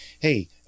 Hey